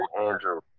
Andrew